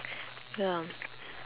ya